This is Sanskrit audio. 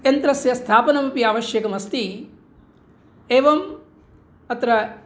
यन्त्रस्य स्थापनमपि आवश्यकमस्ति एवम् अत्र